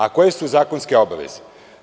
A koje su zakonske obaveze?